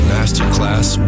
Masterclass